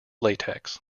latex